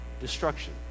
destruction